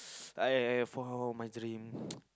I follow my dream